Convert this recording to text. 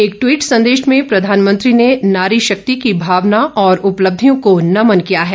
एक ट्वीट संदेश में प्रधानमंत्री ने नारी शक्ति की भावना और उपलब्धियों को नमन किया है